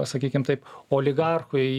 sakykim taip oligarchui